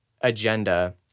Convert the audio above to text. agenda